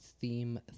Theme